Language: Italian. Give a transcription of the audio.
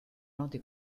noti